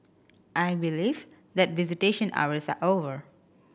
I believe that visitation hours are over